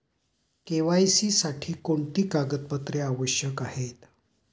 KYC साठी कोणती कागदपत्रे आवश्यक आहेत?